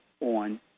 on